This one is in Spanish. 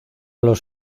los